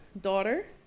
daughter